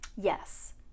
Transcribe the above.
Yes